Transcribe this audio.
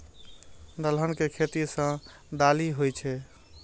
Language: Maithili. दलहन के खेती सं दालि होइ छै